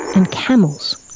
and camels,